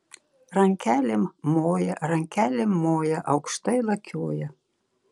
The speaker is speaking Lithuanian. rankelėm moja rankelėm moja aukštai lakioja